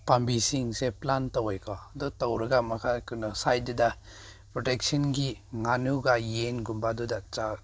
ꯄꯥꯝꯕꯤꯁꯤꯡꯁꯦ ꯄ꯭ꯂꯥꯟ ꯇꯧꯋꯦꯀꯣ ꯑꯗꯨ ꯇꯧꯔꯒ ꯑꯃꯨꯛꯀ ꯑꯩꯈꯣꯏꯅ ꯁꯥꯏꯗꯇꯨꯗ ꯄ꯭ꯔꯣꯇꯦꯛꯁꯟꯒꯤ ꯉꯥꯅꯨꯒ ꯌꯦꯟꯒꯨꯝꯕꯗꯨꯗ ꯆꯥꯛ